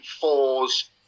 fours